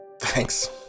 Thanks